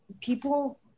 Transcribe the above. people